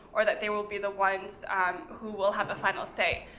or that they will be the ones who will have a final say.